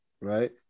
Right